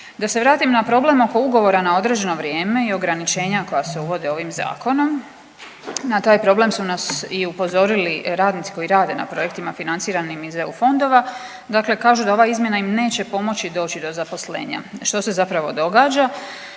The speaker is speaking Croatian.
Da se vratim na problem oko ugovora na određeno vrijeme i ograničenja koja se uvode ovim zakonom, na taj problem su nas i upozorili radnici koji rade na projektima financiranim iz eu fondova, dakle kažu da ova izmjena im neće pomoći doći do zaposlenja. Što se zapravo događa?